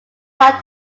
not